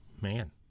Man